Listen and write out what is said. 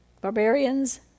barbarians